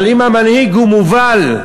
אבל אם המנהיג מובל,